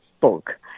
book